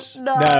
no